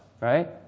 right